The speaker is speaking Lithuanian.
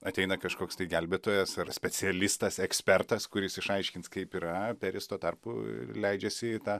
ateina kažkoks tai gelbėtojas ar specialistas ekspertas kuris išaiškins kaip yra peris tuo tarpu leidžiasi į tą